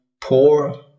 poor